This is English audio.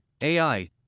AI